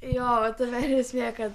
jo tame ir esmė kad